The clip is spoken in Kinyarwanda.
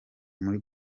muri